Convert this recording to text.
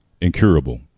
incurable